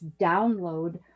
download